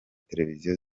televiziyo